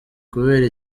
kubera